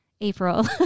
April